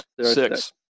Six